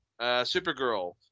Supergirl